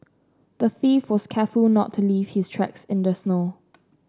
the thief was careful not to leave his tracks in the snow